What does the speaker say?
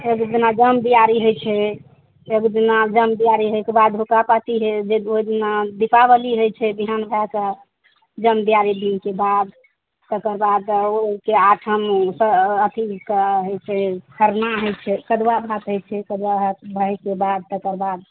एक दिना जम दिअरी हइ छै एक दिना जम दिअरि हइ के बाद हुक्का पट्टी ओहि दिना दिपावली हइ छै बिहान भए कऽ जम दिअरि दिनके बाद तकर बाद ओहिके आठम तऽ अथि कऽ हइ छै खरना हइ छै कदुआ भात हइ छै कदुआ भात भए के बाद तकर बाद